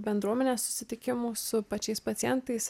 bendruomenės susitikimų su pačiais pacientais